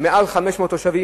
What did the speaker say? יותר מ-500,000 תושבים,